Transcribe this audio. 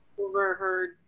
overheard